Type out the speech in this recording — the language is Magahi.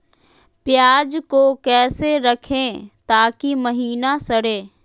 प्याज को कैसे रखे ताकि महिना सड़े?